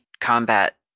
combat